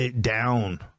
down